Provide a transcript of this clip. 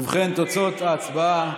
ובכן, תוצאות ההצבעה: